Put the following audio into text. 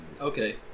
okay